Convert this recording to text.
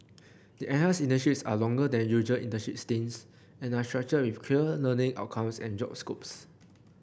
the enhanced internships are longer than usual internship stints and are structured with clear learning outcomes and job scopes